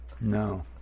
No